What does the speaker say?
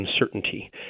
uncertainty